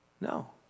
No